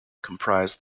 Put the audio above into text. comprise